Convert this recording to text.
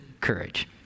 courage